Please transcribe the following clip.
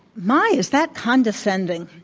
my is that condescending.